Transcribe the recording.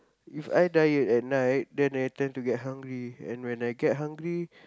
if I diet at night then I tend to get hungry and when I get hungry